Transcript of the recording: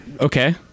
Okay